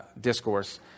discourse